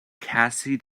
cassie